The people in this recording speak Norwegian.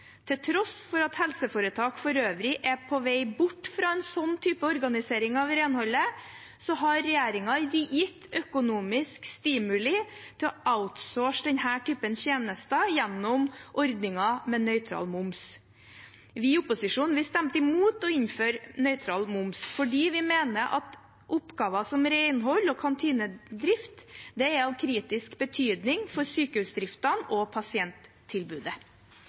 Til tross for at helseforetak for øvrig er på vei bort fra en sånn type organisering av renholdet, har regjeringen gitt økonomisk stimuli til å outsource denne typen tjenester gjennom ordningen med nøytral moms. Vi i opposisjonen stemte imot å innføre nøytral moms fordi vi mener at oppgaver som renhold og kantinedrift er av kritisk betydning for sykehusdriften og pasienttilbudet.